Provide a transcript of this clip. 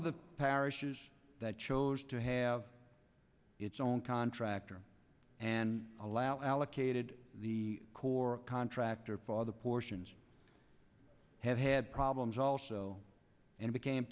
of the parishes that chose to have its own contractor and allow allocated the core contractor for the portions have had problems also and became